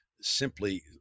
simply